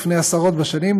לפני עשרות בשנים,